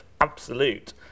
absolute